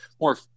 more